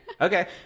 Okay